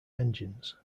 engines